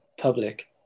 public